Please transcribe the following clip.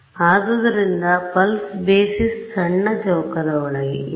ಆದ್ದರಿಂದ pulse basis ಸಣ್ಣ ಚೌಕದ ಒಳಗೆ ಇದೆ